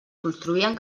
construïen